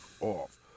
off